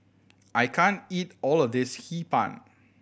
I can't eat all of this Hee Pan